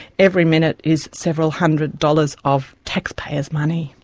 every minute is several hundred dollars of taxpayers' money.